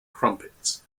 crumpets